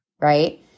right